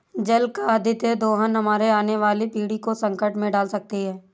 जल का अत्यधिक दोहन हमारे आने वाली पीढ़ी को संकट में डाल सकती है